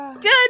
Good